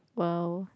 !wow!